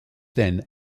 then